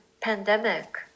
pandemic